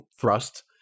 thrust